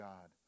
God